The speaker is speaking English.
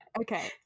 Okay